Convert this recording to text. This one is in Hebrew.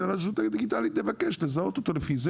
והרשות הדיגיטלית תבקש לזהות אותו לפי זה.